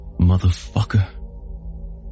Motherfucker